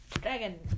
Dragon